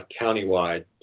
countywide